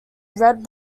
read